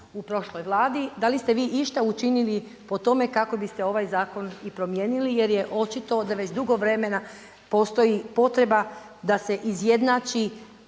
u prošloj Vladi da li ste vi išta učinili po tome kako biste ovaj zakon i promijenili jer je očito da već dugo vremena postoji potreba da se izjednače